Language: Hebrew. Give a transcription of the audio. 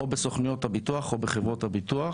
או בסוכנויות הביטוח או בחברות הביטוח,